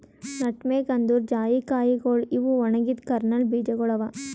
nutmeg ಅಂದುರ್ ಜಾಯಿಕಾಯಿಗೊಳ್ ಇವು ಒಣಗಿದ್ ಕರ್ನಲ್ ಬೀಜಗೊಳ್ ಅವಾ